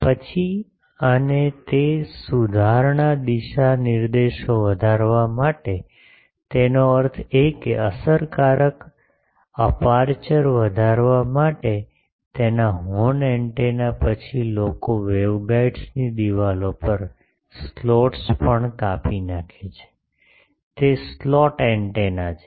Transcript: પછી અને તે સુધારણા દિશા નિર્દેશો વધારવા માટે તેનો અર્થ એ કે અસરકારક અપેરચ્યોર વધારવા માટે તેના હોર્ન એન્ટેના પછી લોકો વેવગાઇડ્સની દિવાલો પર સ્લોટ્સ પણ કાપી નાખે છે તે સ્લોટ એન્ટેના છે